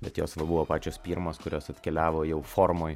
bet jos buvo pačios pirmos kurios atkeliavo jau formoj